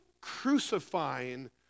crucifying